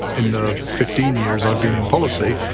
in the fifteen years i've been in policy,